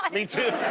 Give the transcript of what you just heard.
like me too.